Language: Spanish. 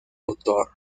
autor